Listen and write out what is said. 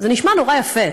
זה נשמע נורא יפה,